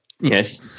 Yes